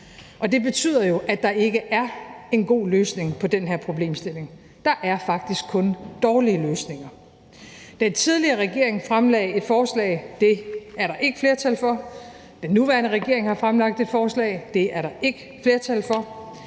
Og det betyder jo, at der ikke er en god løsning på den her problemstilling. Der er faktisk kun dårlige løsninger. Den tidligere regering fremlagde et forslag, men det er der ikke flertal for, og den nuværende regering har fremlagt et forslag, og det er der ikke flertal for.